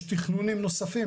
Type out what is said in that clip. יש תכנונים נוספים,